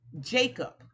Jacob